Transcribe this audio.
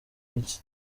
iki